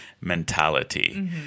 mentality